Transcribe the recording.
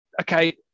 Okay